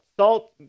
Salt